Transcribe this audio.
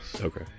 okay